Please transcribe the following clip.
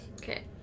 Okay